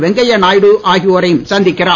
வெங்கைய நாயுடு ஆகியோரையம் சந்திக்கிறார்